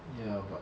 ya but